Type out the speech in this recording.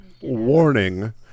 Warning